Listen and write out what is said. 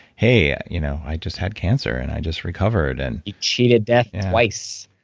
hey, you know i just had cancer, and i just recovered and. he cheated death and twice,